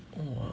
!wah!